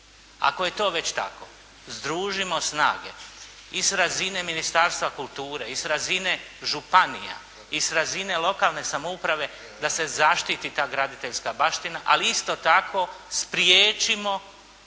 Ako je to već tako združimo snage i s razine Ministarstva kulture i sa razine županija i sa razine lokalne samouprave da se zaštiti ta graditeljska baština ali isto tako spriječimo